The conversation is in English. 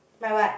my what